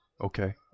Okay